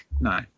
No